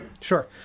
Sure